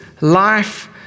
life